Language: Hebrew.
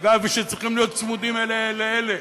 אגב, שצריכים להיות צמודים אלה לאלה,